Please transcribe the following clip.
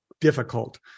difficult